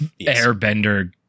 airbender